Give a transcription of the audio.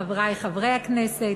חברי חברי הכנסת,